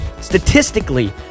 Statistically